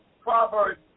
Proverbs